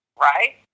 right